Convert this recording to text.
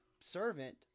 servant